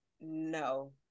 No